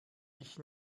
ich